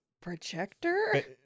Projector